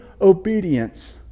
obedience